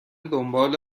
دنبال